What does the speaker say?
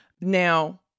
Now